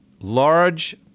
large